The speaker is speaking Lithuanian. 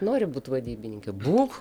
nori būt vadybininke būk